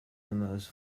most